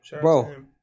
Bro